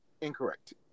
incorrect